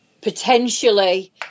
potentially